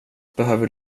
behöver